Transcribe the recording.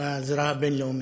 בזירה הבין-לאומית.